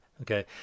okay